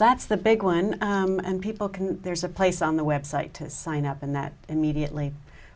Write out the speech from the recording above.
that's the big one and people can there's a place on the website to sign up and that immediately